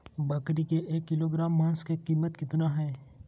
बकरी के एक किलोग्राम मांस का कीमत कितना है?